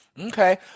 Okay